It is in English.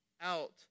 out